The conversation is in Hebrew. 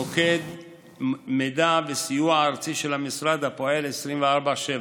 מוקד מידע וסיוע ארצי של המשרד, הפועל 24/7,